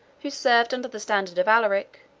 who served under the standard of alaric,